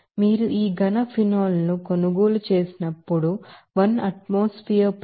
మీరు ఈ sensible heat phenol ను కొనుగోలు చేసినప్పుడు ఒక వాతావరణ ఆత్మోసుఫెరిక్ ప్రెషర్ వద్ద 42